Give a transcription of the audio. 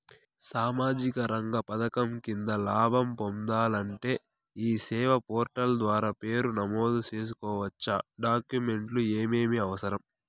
సామాజిక రంగ పథకం కింద లాభం పొందాలంటే ఈ సేవా పోర్టల్ ద్వారా పేరు నమోదు సేసుకోవచ్చా? డాక్యుమెంట్లు ఏమేమి అవసరం?